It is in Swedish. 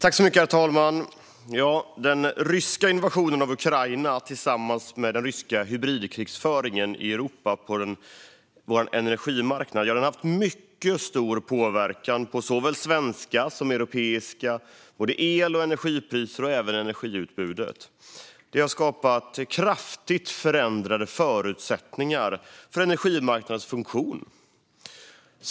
Herr talman! Den ryska invasionen av Ukraina tillsammans med den ryska hybridkrigföringen på den europeiska energimarknaden har haft mycket stor påverkan på såväl svenska som europeiska elpriser och energiutbud. Det har skapat kraftigt förändrade förutsättningar för energimarknadens funktion.